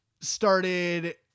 started